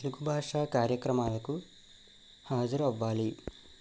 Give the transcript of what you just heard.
తెలుగు భాషా కార్యక్రమాలకు హాజరు అవ్వాలి